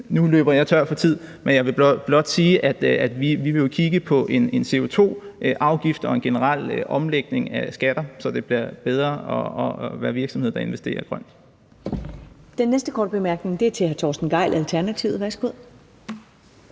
Nu løber jeg tør for tid, men jeg vil blot sige, at vi jo vil kigge på en CO2-afgift og en generel omlægning af skatter, så det bliver bedre at være virksomhed, der investerer grønt.